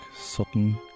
Sutton